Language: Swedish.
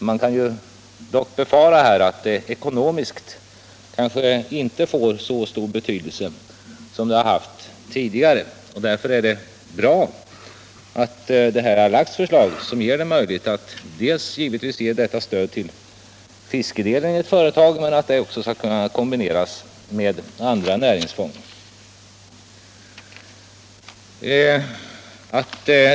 Man kan dock befara att det ekonomiskt inte får så stor betydelse som det haft tidigare. Därför är det bra att detta förslag kommit som gör det möjligt att ge stöd till fiskedelen i ett företag men också att kombinera det med andra näringsfång.